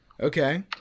Okay